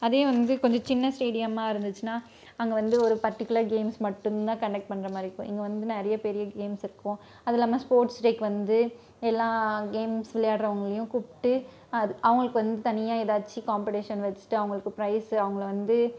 அதே வந்து கொஞ்சம் சின்ன ஸ்டேடியமாக இருந்துச்சுனா அங்கே வந்து ஒரு பர்டிகுலர் கேம்ஸ் மட்டும் தான் கண்டக்ட் பண்ணுற மாதிரி இருக்கும் இங்கே வந்து நிறைய பெரிய கேம்ஸ் இருக்கும் அது இல்லாமல் ஸ்போர்ட்ஸ் டேவுக்கு வந்து எல்லா கேம்ஸ் விளையாடுறவங்களையும் கூப்பிட்டு அதுக்கு அவங்களுக்கு வந்து தனியாக எதாச்சு காம்பெடிஷன் வெச்சுட்டு அவங்களுக்கு ப்ரைஸு அவங்கள வந்து